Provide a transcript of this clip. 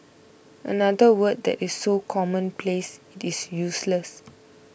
another word that is so commonplace it is useless